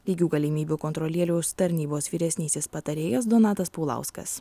lygių galimybių kontrolieliaus tarnybos vyresnysis patarėjas donatas paulauskas